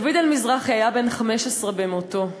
דוד-אל מזרחי היה בן 15 במותו.